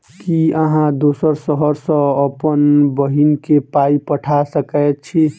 की अहाँ दोसर शहर सँ अप्पन बहिन केँ पाई पठा सकैत छी?